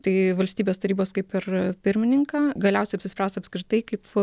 tai valstybės tarybos kaip ir pirmininką galiausiai apsispręsta apskritai kaip